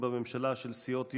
עונש מינימום למצית נכס ציבורי) (הוראת שעה),